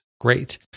great